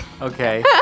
Okay